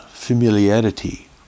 Familiarity